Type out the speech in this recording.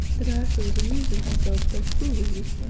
that ayesha was amusing herself by fooling me.